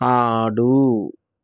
ఆడు